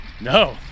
No